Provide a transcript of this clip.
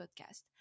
podcast